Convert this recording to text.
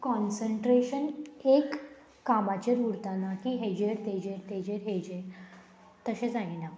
concentration एक कामाचेर उरतना की हेजेर तेजेर तेजेर हेजेर तशें जायना